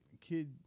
kid